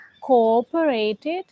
cooperated